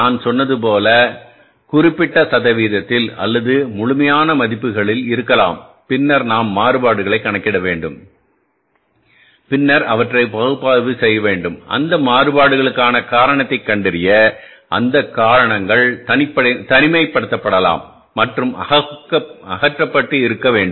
நான் சொன்னது போல் குறிப்பிட்ட சதவீதத்தில் அல்லது முழுமையான மதிப்புகளில் இருக்கலாம் பின்னர் நாம் மாறுபாடுகளை கணக்கிட வேண்டும் பின்னர் அவற்றை பகுப்பாய்வு செய்ய வேண்டும் அந்த மாறுபாடுகளுக்கான காரணத்தைக் கண்டறிய அந்த காரணங்கள் தனிமைப்படுத்தப்படலாம் மற்றும் அகற்றப்பட்டு இருக்க வேண்டும்